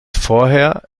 vorher